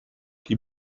die